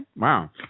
Wow